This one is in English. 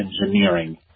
engineering